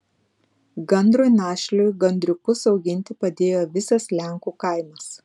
gandrui našliui gandriukus auginti padėjo visas lenkų kaimas